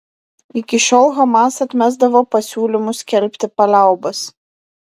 iki šiol hamas atmesdavo pasiūlymus skelbti paliaubas